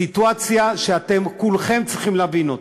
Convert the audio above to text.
סיטואציה שאתם כולכם צריכים להבין אותה.